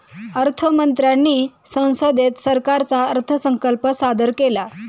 अर्थ मंत्र्यांनी संसदेत सरकारचा अर्थसंकल्प सादर केला